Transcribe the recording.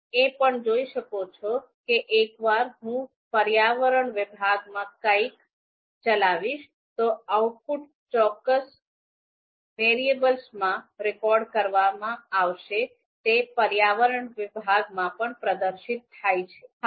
તમે એ પણ જોઈ શકો છો કે એકવાર હું પર્યાવરણ વિભાગમાં કંઈક ચલાવીશ અને આઉટપુટ ચોક્કસ વેરિયેબલમાં રેકોર્ડ કરવામાં આવશે તે પર્યાવરણ વિભાગમાં પણ પ્રદર્શિત થાય છે